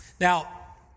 Now